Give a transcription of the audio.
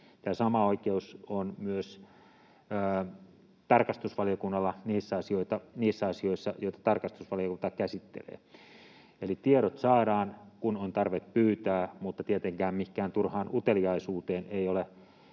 Tämä sama oikeus on myös tarkastusvaliokunnalla niissä asioissa, joita tarkastusvaliokunta käsittelee. Eli tiedot saadaan, kun on tarve pyytää, mutta tietenkään mihinkään turhaan uteliaisuuteen ei ole